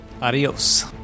adios